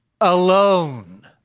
alone